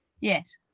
Yes